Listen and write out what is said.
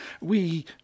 We—